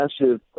massive